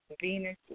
Venus